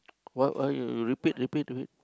what what you you repeat repeat repeat